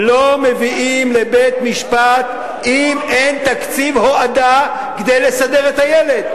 לא מביאים לבית-משפט אם אין תקציב הוֹעדה כדי לסדר את הילד.